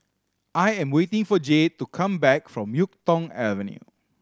I am waiting for Jade to come back from Yuk Tong Avenue